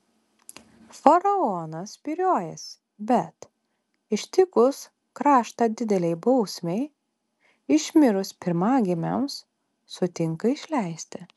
faraonas spyriojasi bet ištikus kraštą didelei bausmei išmirus pirmagimiams sutinka išleisti